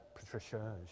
Patricia